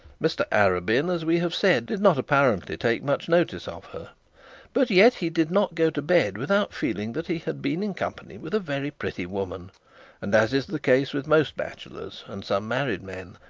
mr arabin, as we have said, did not apparently take much notice of her but yet he did not go to bed without feeling that he had been in company with a very pretty woman and as is the case with most bachelors, and some married men,